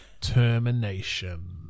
Termination